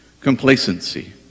Complacency